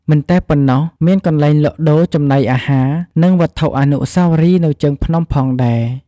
មិនតែប៉ុណ្ណោះ មានកន្លែងលក់ដូរចំណីអាហារ និងវត្ថុអនុស្សាវរីយ៍នៅជើងភ្នំផងដែរ។